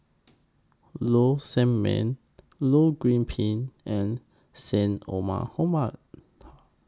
Low Sanmay Low Goh Bin and Syed Omar